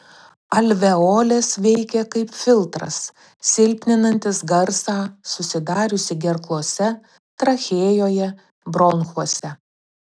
alveolės veikia kaip filtras silpninantis garsą susidariusį gerklose trachėjoje bronchuose